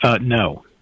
No